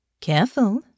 Careful